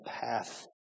path